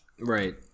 Right